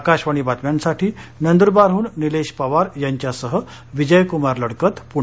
आकाशवाणी बातम्यांसाठी नंद्रबारहन निलेश पवार यांच्यासह विजयक्मार लडकत पुणे